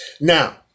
Now